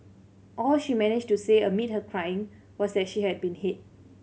all she managed to say amid her crying was that she had been hit